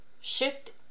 Shift